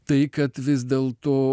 tai kad vis dėlto